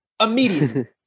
Immediately